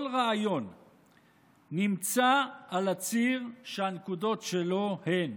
כל רעיון נמצא על הציר שהנקודות שלו הן